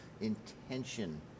intention